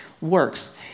works